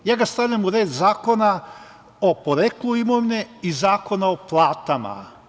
Ja ga stavljam u red Zakona o poreklu imovine i Zakona o platama.